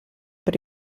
per